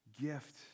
gift